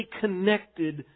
connected